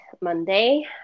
Monday